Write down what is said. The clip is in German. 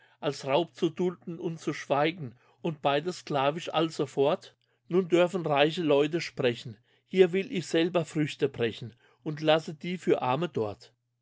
als raub zu dulden und zu schweigen und beides sklavisch alsofort nun dürfen reiche leute sprechen hier will ich selber früchte brechen und lasse die für arme dort